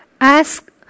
Ask